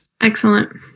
Excellent